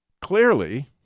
clearly